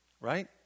right